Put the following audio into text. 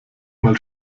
mal